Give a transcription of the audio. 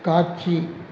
காட்சி